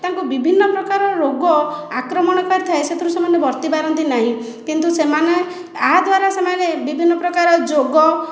ତାଙ୍କୁ ବିଭିନ୍ନ ପ୍ରକାର ରୋଗ ଆକ୍ରମଣ କରିଥାଏ ସେଥିରୁ ସେମାନେ ବର୍ତ୍ତୀ ପାରନ୍ତି ନାହିଁ କିନ୍ତୁ ସେମାନେ ୟା ଦ୍ୱାରା ସେମାନେ ବିଭିନ୍ନ ପ୍ରକାର ଯୋଗ